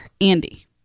Andy